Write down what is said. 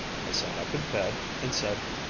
i sat up in bed and said,